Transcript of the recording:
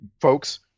folks